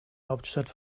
hauptstadt